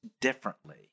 differently